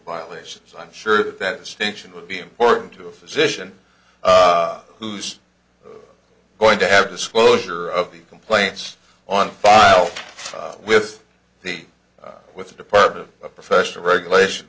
violations i'm sure that that distinction would be important to a physician who's going to have disclosure of the complaints on file with the with the department of professional regulation